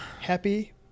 Happy